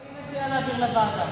אני מציעה להעביר לוועדה.